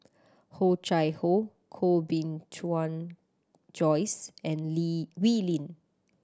Oh Chai Hoo Koh Bee Tuan Joyce and Lee Wee Lin